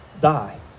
die